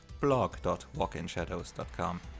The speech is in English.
blog.walkinshadows.com